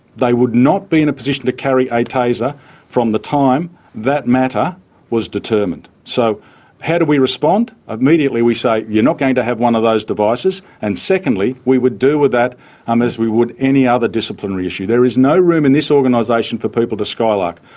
they would not be in a position to carry a taser from the time that matter was determined. so how do we respond? immediately we say, you're not going to have one of those devices, and secondly, we would deal with that um as we would any other disciplinary issue. there is no room in this organisation for people to skylark.